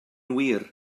wir